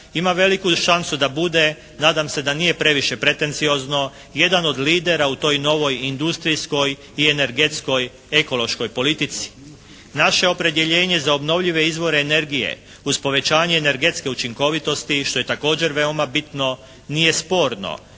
ima veliku šansu da bude, nadam se da nije previše pretenciozno jedan od lidera u toj novoj industrijskoj i energetskoj ekološkoj politici. Naše opredjeljenje za obnovljive izvore energije uz povećanje energetske učinkovitosti što je također veoma bitno nije sporno